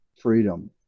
freedom